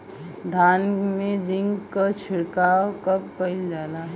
धान में जिंक क छिड़काव कब कइल जाला?